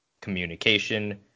Communication